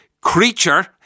Creature